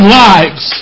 lives